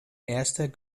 erster